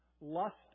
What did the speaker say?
Lust